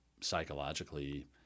psychologically